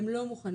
הם לא מוכנים.